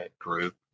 group